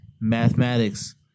Mathematics